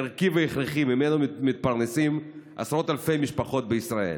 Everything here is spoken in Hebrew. ערכי והכרחי שממנו מתפרנסות עשרות אלפי משפחות בישראל.